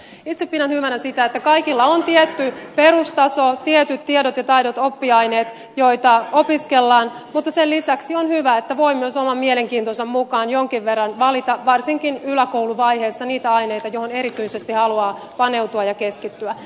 itse pidän hyvänä sitä että kaikilla on tietty perustaso tietyt tiedot ja taidot oppiaineet joita opiskellaan mutta sen lisäksi on hyvä että voi myös oman mielenkiintonsa mukaan jonkin verran valita varsinkin yläkouluvaiheessa niitä aineita joihin erityisesti haluaa paneutua ja keskittyä